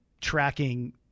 tracking